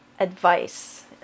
advice